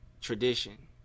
Tradition